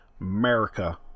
America